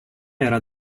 era